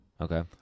Okay